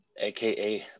aka